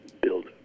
build